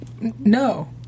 No